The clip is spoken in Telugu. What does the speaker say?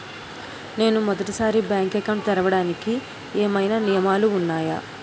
నేను మొదటి సారి బ్యాంక్ అకౌంట్ తెరవడానికి ఏమైనా నియమాలు వున్నాయా?